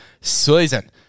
season